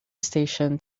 station